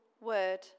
word